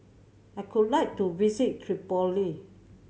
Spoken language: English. I could like to visit Tripoli